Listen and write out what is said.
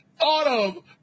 Autumn